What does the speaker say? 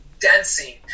Dancing